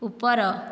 ଉପର